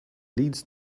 leads